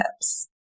tips